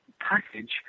package